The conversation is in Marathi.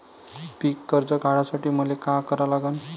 पिक कर्ज काढासाठी मले का करा लागन?